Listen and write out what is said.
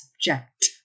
subject